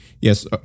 Yes